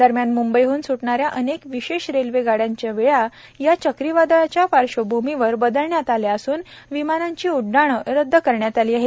दरम्यान म्ंबईहन स्टणाऱ्या अनेक विशेष रेल्वेगाड्यांच्या वेळा या चक्रीवादळाच्या पार्श्वभूमीवर बदलण्यात आल्या असून विमानांची उड्डाणं रद्द करण्यात आली आहेत